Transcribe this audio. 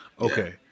Okay